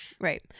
Right